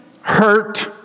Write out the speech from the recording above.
hurt